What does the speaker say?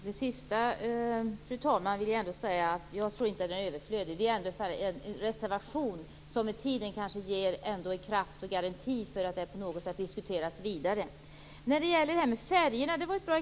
Fru talman! Jag tror inte att vår reservation är överflödig. Det är en reservation som med tiden kanske ger kraft och garanti för att detta på något sätt diskuteras vidare. Exemplet med färjorna var bra.